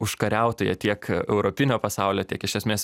užkariautoja tiek europinio pasaulio tiek iš esmės